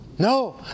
No